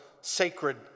sacred